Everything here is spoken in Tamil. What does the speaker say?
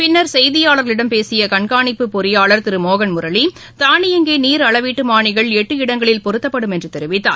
பின்னா் செய்தியாளா்களிடம் பேசியகண்காணிப்பு பொறியாளா் திருமோகன் முரளி தானியங்கிநீர் அளவீட்டுமானிகள் எட்டு இடங்களில் பொருத்தப்படும் என்றுதெரிவித்தார்